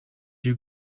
you